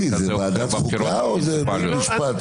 תגיד לי, זה ועדת חוקה או זה בית משפט פה?